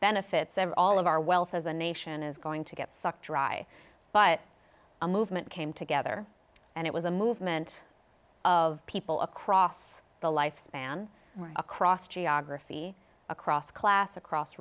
benefits and all of our wealth as a nation is going to get sucked dry but a movement came together and it was a movement of people across the life span across geography across class across